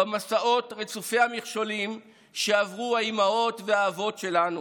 במסעות רצופי המכשולים שעברו האימהות והאבות שלנו